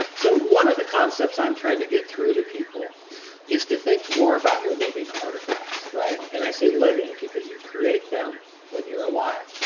so, one of the concepts i'm trying to get through to people is to think more about your living artifacts. and i say living because you create them when you're alive.